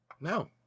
No